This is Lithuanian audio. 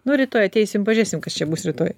nu rytoj ateisim pažiūrėsim kas čia bus rytoj